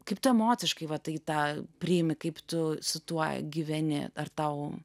kaip tu emociškai va taip tą priimi kaip tu su tuo gyveni ar tau